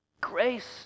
Grace